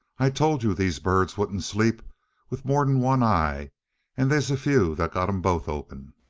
i told you these birds wouldn't sleep with more'n one eye and they's a few that's got em both open.